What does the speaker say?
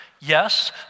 Yes